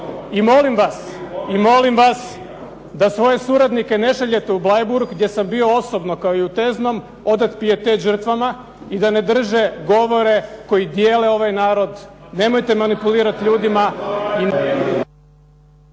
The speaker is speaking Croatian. ne postoje. I molim vas da svoje suradnike ne šaljete u Bleiburg gdje sam bio osobno kao i u Teznom odati pijetet žrtvama i da ne drže govore koji dijele ovaj narod, nemojte manipulirati ljudima